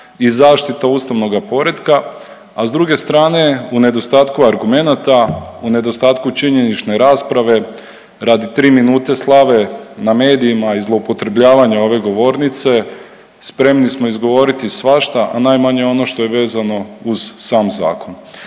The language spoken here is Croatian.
i zaštita ustavnoga poretka, a s druge strane u nedostatku argumenata, u nedostatku činjenične rasprave radi tri minute slave na medijima i zloupotrebljavanja ove govornice spremni smo izgovoriti svašta, a najmanje ono što je vezano uz sam zakon.